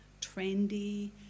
trendy